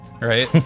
right